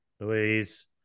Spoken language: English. Louise